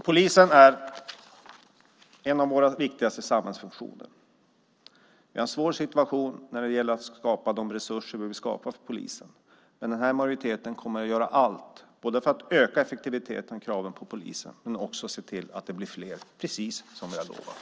Polisen är en av våra viktigaste samhällsfunktioner. Situationen är svår när det gäller att skapa de resurser som vi vill skapa för polisen, men denna majoritet kommer att göra allt både för att öka effektiviteten och kraven på polisen och för att se till att de blir fler - precis som vi har lovat.